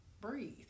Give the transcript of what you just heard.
Breathe